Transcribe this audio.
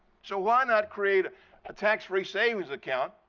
so why not create a tax free savings account,